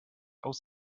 aus